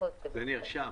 זה נרשם.